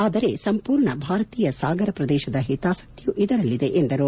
ಆದರೆ ಸಂಪೂರ್ಣ ಭಾರತೀಯ ಸಾಗರ ಪ್ರದೇಶದ ಹಿತಾಸಕ್ತಿಯೂ ಇದರಲ್ಲಿದೆ ಎಂದರು